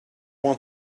want